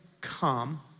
come